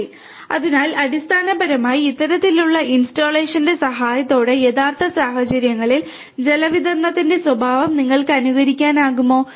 ശരി അതിനാൽ അടിസ്ഥാനപരമായി ഇത്തരത്തിലുള്ള ഇൻസ്റ്റാളേഷന്റെ സഹായത്തോടെ യഥാർത്ഥ സാഹചര്യങ്ങളിൽ ജലവിതരണത്തിന്റെ സ്വഭാവം നിങ്ങൾക്ക് അനുകരിക്കാനാകുമോ